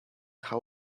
how